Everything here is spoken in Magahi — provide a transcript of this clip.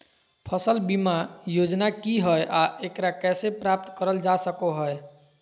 फसल बीमा योजना की हय आ एकरा कैसे प्राप्त करल जा सकों हय?